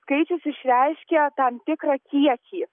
skaičius išreiškia tam tikrą kiekį